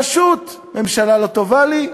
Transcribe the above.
פשוט, ממשלה לא טובה לי?